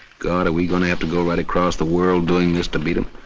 god, are we gonna have to go right across the world doing this to beat em?